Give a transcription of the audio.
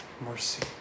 mercy